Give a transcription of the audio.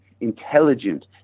intelligent